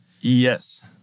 Yes